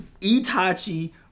Itachi